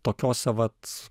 tokiose vat